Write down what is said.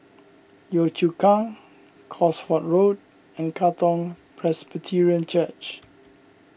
Yio Chu Kang Cosford Road and Katong Presbyterian Church